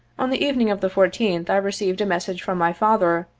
on the evening of the fourteenth i received a message from my father,